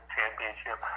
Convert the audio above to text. championship